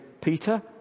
Peter